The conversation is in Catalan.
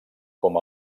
com